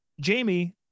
Jamie